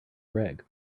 greg